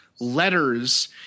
letters